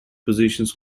positions